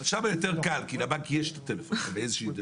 שם יותר קל כי לבנק יש את מספרי הטלפון.